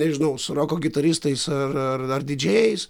nežinau su roko gitaristais ar ar didžėjais